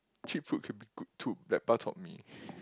actually food could be good too that bar chor mee